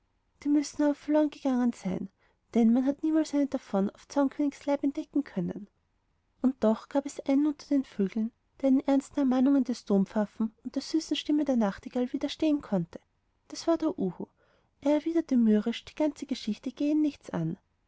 die müssen aber verlorengegangen sein denn man hat niemals eine davon auf zaunkönigs leib entdecken können und doch gab es einen unter den vögeln der den ernsten ermahnungen des dompfaffen und der süßen stimme der nachtigall widerstehen konnte das war der uhu er erwiderte mürrisch die ganze geschichte gehe ihn nichts an